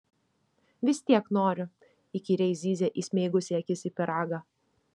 vis tiek noriu įkyriai zyzė įsmeigusi akis į pyragą